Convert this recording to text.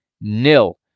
Nil